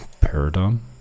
paradigm